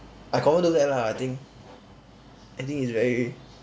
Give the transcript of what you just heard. I confirm do that lah I think I think it's very